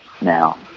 now